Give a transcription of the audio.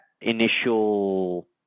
initial